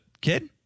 kid